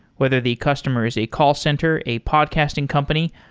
whether the customer is a call center, a podcasting company,